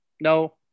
No